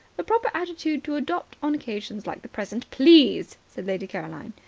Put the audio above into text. the proper attitude to adopt on occasions like the present please, said lady caroline.